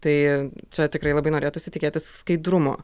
tai čia tikrai labai norėtųsi tikėtis skaidrumo